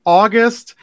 august